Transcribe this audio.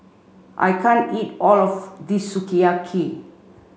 I can't eat all of this Sukiyaki